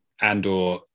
Andor